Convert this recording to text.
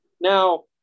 Now